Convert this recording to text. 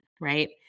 right